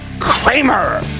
Kramer